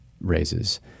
raises